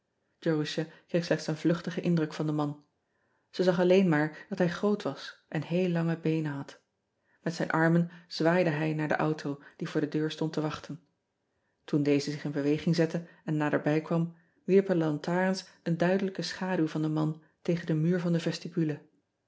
erusha kreeg slechts een vluchtigen indruk van den man ij zag alleen maar dat hij groot was en heel lange beenen had et zijn armen zwaaide hij naar de auto die voor de deur stood te wachten oen deze zich in beweging zette en naderbij kwam wierpen de lantaarns een duidelijke schaduw van den man tegen den muur van de